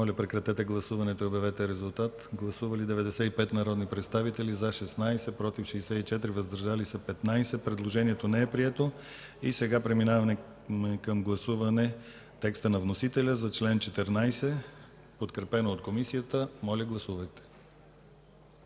Моля, гласувайте. Гласували 95 народни представители: за 16, против 64, въздържали се 15. Предложението не е прието. Сега преминаваме към гласуване текста на вносителя за чл. 14, подкрепен от Комисията. Моля, гласувайте.